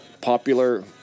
popular